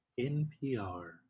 NPR